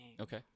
okay